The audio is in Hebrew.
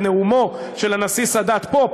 את נאומו של הנשיא סאדאת פה,